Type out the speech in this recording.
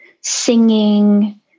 singing